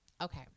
okay